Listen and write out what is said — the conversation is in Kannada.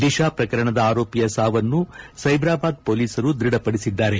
ದಿಶಾ ಪ್ರಕರಣದ ಆರೋಪಿಯ ಸಾವನ್ನು ಸೈಬಾಬಾದ್ ಮೊಲೀಸರು ದೃಢಪಡಿಸಿದ್ದಾರೆ